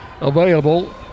available